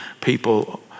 people